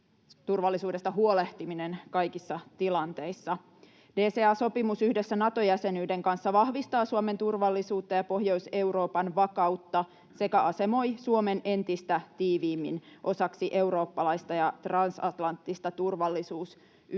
turvallisuudesta huolehtiminen kaikissa tilanteissa. DCA-sopimus yhdessä Nato-jäsenyyden kanssa vahvistaa Suomen turvallisuutta ja Pohjois-Euroopan vakautta sekä asemoi Suomen entistä tiiviimmin osaksi eurooppalaista ja transatlanttista turvallisuusyhteisöä.